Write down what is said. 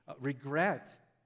regret